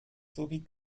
sowie